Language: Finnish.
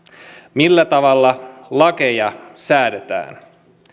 millä tavalla lakeja säädetään